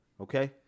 okay